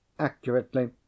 Accurately